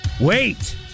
Wait